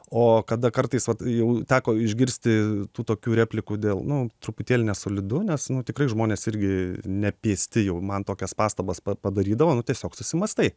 o kada kartais vat jau teko išgirsti tų tokių replikų dėl nu truputėlį nesolidu nes nu tikrai žmonės irgi nepėsti jau man tokias pastabas pa padarydavo nu tiesiog susimąstai